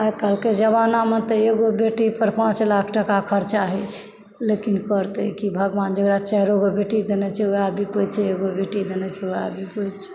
आइकाल्हिके जमानामे तऽ एगो बेटी पर पाँच लाख टका खर्चा होइ छै लेकिन करतै की भगवान जेकरा चाइरोगो बेटी देने छै वएह विपत्ति छै एगो बेटी देने छै वएह विपत्ति छै